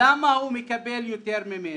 למה הוא מקבל יותר ממני?"